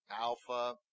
Alpha